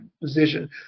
position